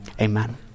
Amen